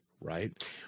right